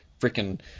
freaking